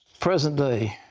present day,